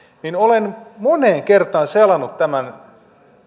olen moneen kertaan selannut tämän